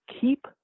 keep